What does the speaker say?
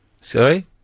Sorry